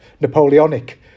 Napoleonic